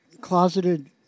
closeted